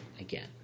again